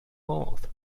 modd